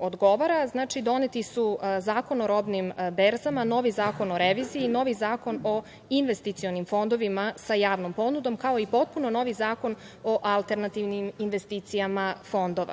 odgovara. Znači, doneti su Zakon o robnim berzama, novi Zakon o reviziji, novi Zakon o investicionim fondovima sa javnom ponudom, kao i potpuno novi Zakon o alternativnim investicijama fondova. Kroz